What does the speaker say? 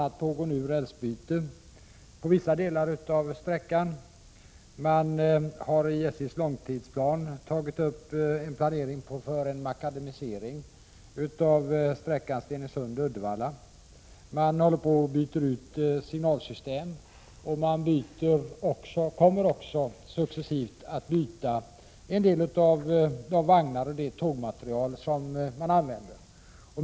a. pågår nu rälsbyte på vissa delar av sträckan. SJ har i sin långtidsplan tagit upp planer för en makadamisering av sträckan Stenungsund-Uddevalla. Man håller på och byter ut signalsystem, och man kommer också att successivt byta ut en del av de vagnar och den tågmateriel som används.